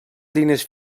línies